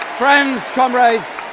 friends, comrades,